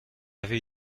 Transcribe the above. avait